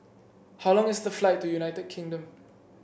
how long is the flight to United Kingdom